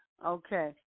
Okay